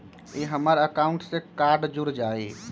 ई हमर अकाउंट से कार्ड जुर जाई?